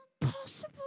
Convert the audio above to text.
impossible